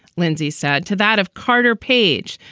lindsey said to that of carter page,